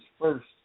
first